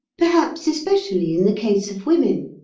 perhaps especially in the case of women.